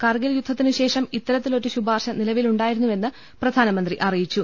കർഗിൽ യുദ്ധത്തിനുശേഷം ഇത്തർത്തിലൊരു ശുപാർശ നിലവിലുണ്ടായിരുന്നുവെന്ന് പ്രധാനമന്ത്രി അറിയിച്ചു